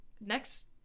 next